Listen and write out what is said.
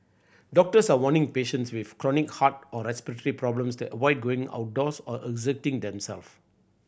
doctors are warning patients with chronic heart or respiratory problems to avoid going outdoors or exerting themselves